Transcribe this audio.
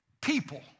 people